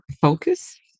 focus